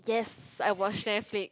yes I watch Netflix